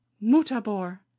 Mutabor